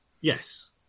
Yes